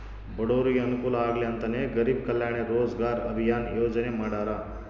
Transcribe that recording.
ಬಡೂರಿಗೆ ಅನುಕೂಲ ಆಗ್ಲಿ ಅಂತನೇ ಗರೀಬ್ ಕಲ್ಯಾಣ್ ರೋಜಗಾರ್ ಅಭಿಯನ್ ಯೋಜನೆ ಮಾಡಾರ